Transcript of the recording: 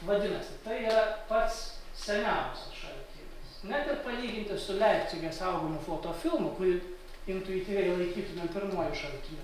vadinasi tai yra pats seniausias šaltinis net ir palyginti su leipcige saugomu fotofilmu kurį intuityviai laikytume pirmuoju šaltiniu